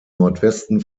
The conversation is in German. nordwesten